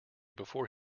before